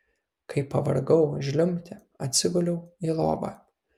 kai pavargau žliumbti atsiguliau į lovą